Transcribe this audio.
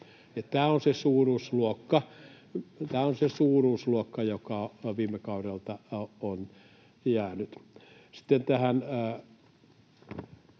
Tämä on se suuruusluokka, joka viime kaudelta on jäänyt.